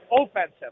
offensive